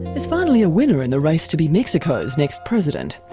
there's finally a winner in the race to be mexico's next president.